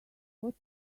what